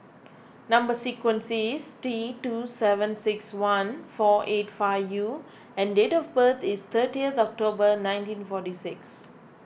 Number Sequence is T two seven six one four eight five U and date of birth is thirtieth October nineteen forty six